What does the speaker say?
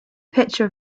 picture